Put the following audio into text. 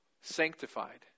sanctified